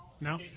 No